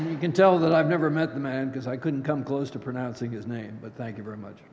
i can tell that i've never met the man because i couldn't come close to pronouncing his name but thank you very much